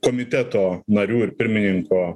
komiteto narių ir pirmininko